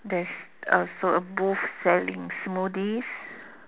there is also a booth selling smoothies